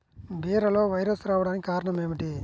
బీరలో వైరస్ రావడానికి కారణం ఏమిటి?